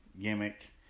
gimmick